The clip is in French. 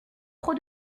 trop